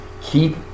Keep